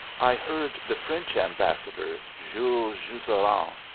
i heard the french ambassador, jules jusserand,